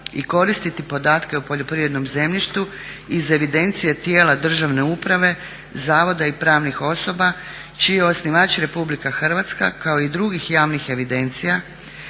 i koristiti podatke o poljoprivrednom zemljištu iz evidencije tijela državne uprave, zavoda i pravnih osoba čiji je osnivač Republika Hrvatska kao i drugih javnih evidencija